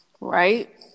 Right